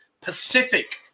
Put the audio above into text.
pacific